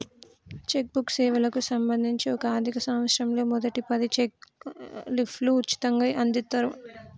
check book సేవలకు సంబంధించి ఒక ఆర్థిక సంవత్సరంలో మొదటి పది చెక్ లీఫ్లు ఉచితంగ అందిత్తరు